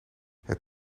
het